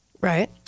Right